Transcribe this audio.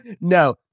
no